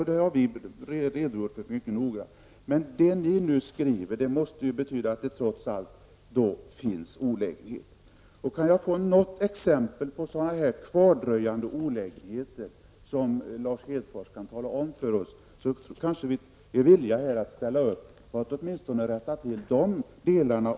Det är något som vi har redogjort för mycket noga. Det majoriteten skriver betyder ju också att de finns. Om Lars Hedfors kan redovisa några kvardröjande olägenheter för oss, då är vi kanske villiga att ställa upp på att få bort dem.